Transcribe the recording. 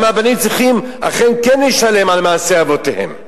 למה הבנים צריכים אכן כן לשלם על מעשי אבותיהם?